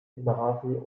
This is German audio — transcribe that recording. bremerhaven